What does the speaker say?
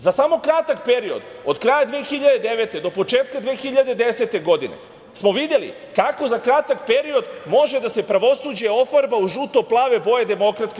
Za samo kratak period od kraja 2009. do početka 2010. godine smo videli kako za kratak period može da se pravosuđe ofarba u žuto-plave boje DS.